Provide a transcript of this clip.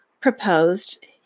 proposed